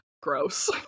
gross